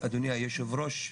אדוני היושב ראש,